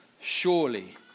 Surely